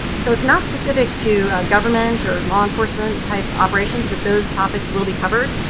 so it's not specific to government or law enforcement-type operations, but those topics will be covered.